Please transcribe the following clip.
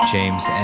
James